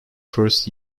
first